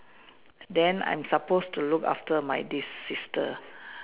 then I'm supposed to look after my this sister